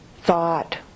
thought